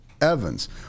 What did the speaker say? Evans